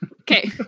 Okay